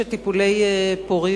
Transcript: נשים שחוו טיפולי פוריות,